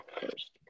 first